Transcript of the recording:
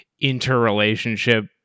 interrelationship